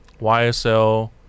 ysl